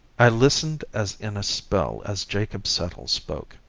i listened as in a spell as jacob settle spoke.